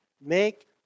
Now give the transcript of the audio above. Make